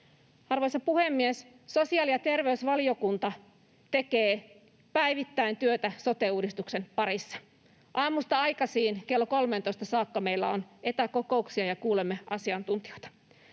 Arvoisa puhemies! Sosiaali- ja terveysvaliokunta tekee päivittäin työtä sote-uudistuksen parissa. Aamusta aikaisin kello 13:een saakka meillä on etäkokouksia ja kuulemme asiantuntijoita.